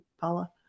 Paula